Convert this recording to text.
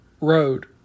road